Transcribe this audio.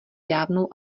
dávnou